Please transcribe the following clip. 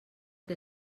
que